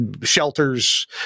shelters